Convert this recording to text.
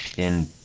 in